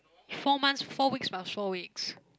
four months four weeks four weeks